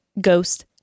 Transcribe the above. ghost